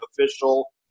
official